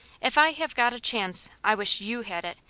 if i have got a chance, i wish you had it,